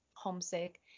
homesick